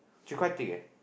actually quite thick eh